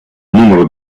numero